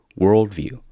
worldview